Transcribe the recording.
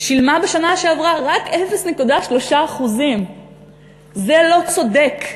שילמה בשנה שעברה רק 0.3%. זה לא צודק.